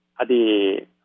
Adi